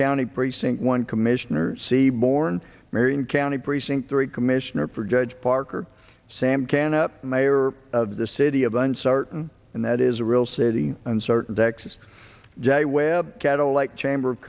county precinct one commissioner seaborne marion county precinct three commissioner for judge parker sam can up the mayor of the city of uncertain and that is a real city and certain texas jay webb cattle like chamber of